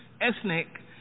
ethnic